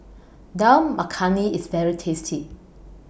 Dal Makhani IS very tasty